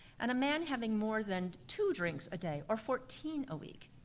and a man having more than two drinks a day or fourteen a week.